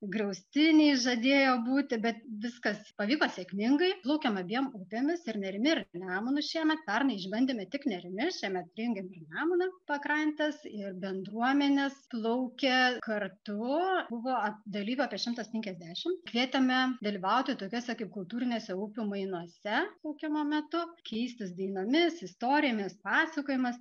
griaustiniai žadėjo būti bet viskas pavyko sėkmingai plaukėm abiem upėmis ir nerimi ir nemunu šiemet pernai išbandėme tik nerimi šiemet prijungėm ir nemuną pakrantes ir bendruomenes plaukė kartu buvo dalyvių apie šimtas penkiasdešimt kvietėme dalyvauti tokiuose kaip kultūrinėse upių mainuose plaukimo metu keistis dainomis istorijomis pasakojimais